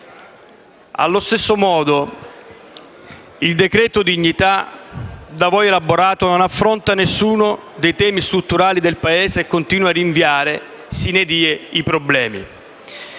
Allo stesso modo, il decreto dignità da voi elaborato non affronta nessuno dei temi strutturali del Paese e continua a rinviare *sine die* i problemi.